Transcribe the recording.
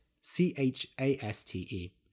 C-H-A-S-T-E